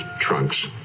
trunks